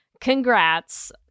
congrats